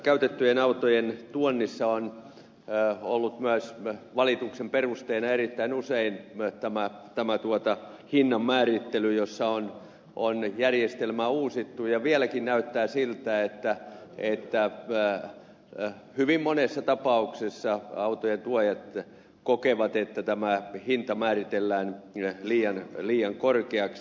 käytettyjen autojen tuonnissa on ollut valituksen perusteena erittäin usein myös hinnan määrittely jossa on järjestelmä uusittu ja vieläkin näyttää siltä että hyvin monessa tapauksessa autojen tuojat kokevat että hinta määritellään liian korkeaksi